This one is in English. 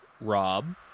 rob